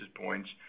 points